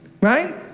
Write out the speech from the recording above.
right